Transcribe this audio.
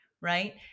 right